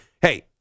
Hey